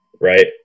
right